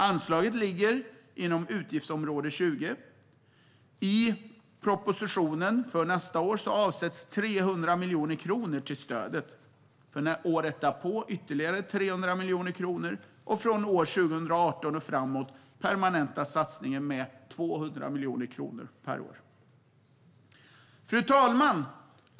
Anslaget ligger inom utgiftsområde 20. I budgetpropositionen för nästa år avsätts 300 miljoner kronor till stödet, för året därpå ytterligare 300 miljoner kronor och från 2018 och framåt permanentas satsningen med 200 miljoner kronor per år. Fru talman!